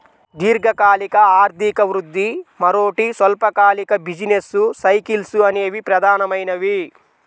దీర్ఘకాలిక ఆర్థిక వృద్ధి, మరోటి స్వల్పకాలిక బిజినెస్ సైకిల్స్ అనేవి ప్రధానమైనవి